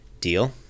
deal